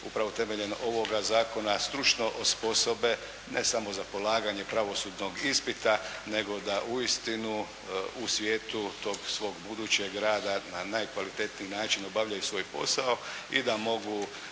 upravo temeljem ovoga zakona stručno osposobe, ne samo za polaganje pravosudnog ispita, nego da uistinu u svijetu tog svog budućeg rada na najkvalitetniji način obavljaju svoj posao i da mogu